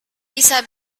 bisa